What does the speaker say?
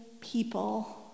people